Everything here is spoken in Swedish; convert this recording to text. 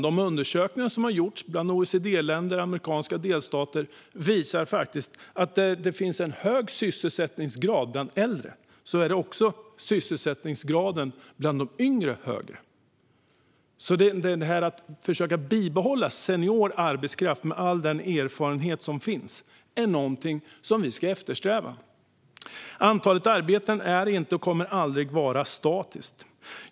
De undersökningar som har gjorts bland OECD-länder och amerikanska delstater visar att där det finns en hög sysselsättningsgrad bland äldre är också sysselsättningsgraden bland de yngre högre. Att försöka bibehålla senior arbetskraft med all den erfarenhet som finns där är något vi ska eftersträva. Men antalet arbeten är inte, och kommer aldrig att vara, något statiskt.